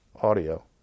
audio